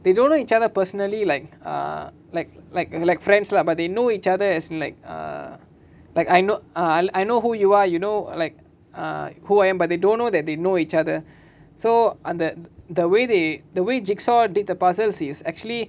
they don't know each other personally like uh like like like friends lah but they know each other as like err like I know I know who you are you know like uh who I am but they don't know that they know each other so on the way they the way jigsaw did the puzzle is actually